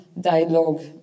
Dialogue